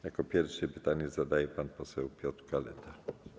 Jako pierwszy pytanie zadaje pan poseł Piotr Kaleta.